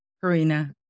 Karina